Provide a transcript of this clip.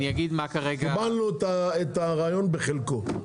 קיבלנו את הרעיון בחלקו.